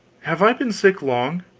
have i been sick long?